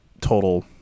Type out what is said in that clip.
total